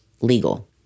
legal